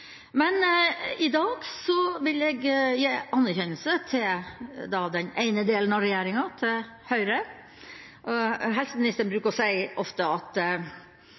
I dag vil jeg gi anerkjennelse til den ene delen av regjeringa, til Høyre. Helseministeren bruker ofte å si at